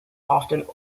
often